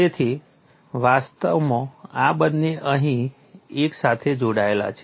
તેથી વાસ્તવમાં આ બંને અહીં એક સાથે જોડાયેલા છે